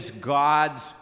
God's